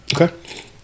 Okay